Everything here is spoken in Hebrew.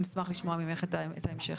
נשמח לשמוע ממך את ההמשך.